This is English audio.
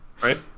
right